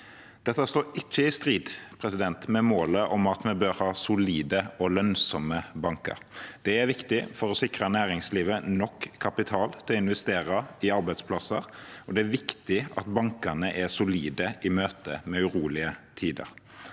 Dette står ikke i strid med målet om at vi bør ha solide og lønnsomme banker. Det er viktig for å sikre næringslivet nok kapital til å investere i arbeidsplasser. Det er viktig at bankene er solide i møte med urolige tider.